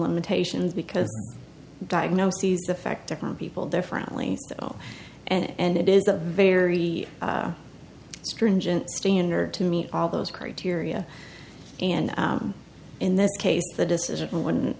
limitations because diagnoses affect different people differently and it is a very stringent standard to meet all those criteria and in this case the decision wouldn't